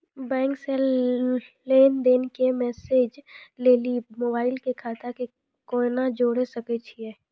Bank से लेंन देंन के मैसेज लेली मोबाइल के खाता के केना जोड़े सकय छियै?